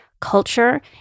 culture